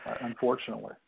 unfortunately